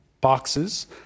boxes